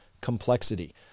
complexity